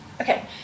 Okay